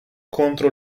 contro